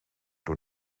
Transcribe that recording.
door